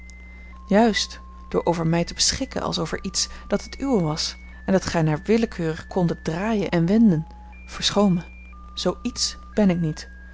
juist door over mij te beschikken als over iets dat het uwe was en dat gij naar willekeur kondet draaien en wenden verschoon mij zoo iets ben ik niet